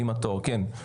כן,